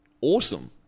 awesome